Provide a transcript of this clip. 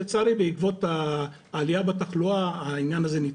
לצערי בעקבות העלייה בתחלואה העניין הזה נדחה,